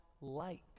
light